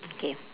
okay